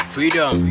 Freedom